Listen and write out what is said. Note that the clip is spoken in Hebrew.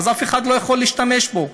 אף אחד לא יכול להשתמש בו.